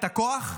את הכוח,